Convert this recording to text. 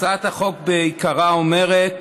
הצעת החוק בעיקרה אומרת